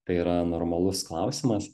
tai yra normalus klausimas